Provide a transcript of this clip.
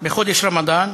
בחודש רמדאן.